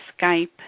Skype